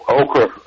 okra